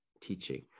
teaching